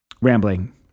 rambling